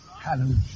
Hallelujah